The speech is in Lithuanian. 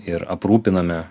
ir aprūpiname